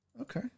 Okay